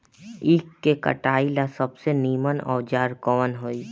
ईख के कटाई ला सबसे नीमन औजार कवन होई?